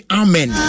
amen